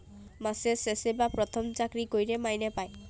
মাসের শেষে বা পথমে চাকরি ক্যইরে মাইলে পায়